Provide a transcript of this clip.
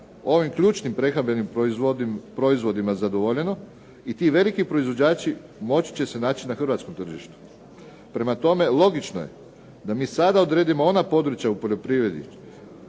ovim ključnim prehrambenim proizvodima zadovoljeno i ti veliki proizvođači moći će se naći na Hrvatskom tržištu. Prema tome, logično je da mi sada odredimo ona područja u poljoprivredi,